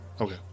Okay